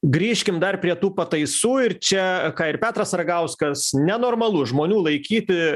grįžkim dar prie tų pataisų ir čia ką ir petras ragauskas nenormalu žmonių laikyti